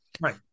Right